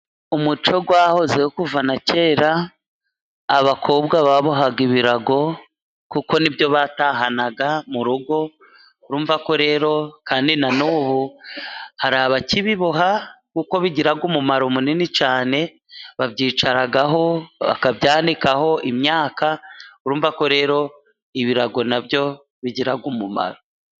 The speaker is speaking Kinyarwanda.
Umuco wahozeho kuva na kera, abakobwa babohaga ibirago kuko nibyo batahanaga mu rugo. Urumva ko rero kandi na n'ubu hari abakibiboha kuko bigira umumaro munini cyangwa bakabyicaragaho, bakabikaho imyaka. Urumva ko rero bigira umumaro.